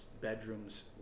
bedrooms